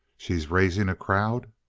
she's raising a crowd?